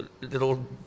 little